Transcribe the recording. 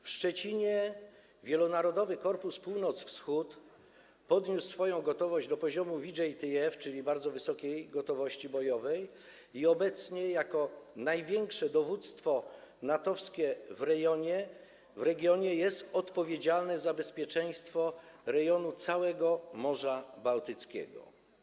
W Szczecinie Wielonarodowy Korpus Północ-Wschód podniósł swoją gotowość do poziomu VJTF, czyli bardzo wysokiej gotowości bojowej, i obecnie jako największe dowództwo NATO-wskie w regionie jest odpowiedzialny za bezpieczeństwo rejonu całego Morza Bałtyckiego.